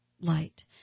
light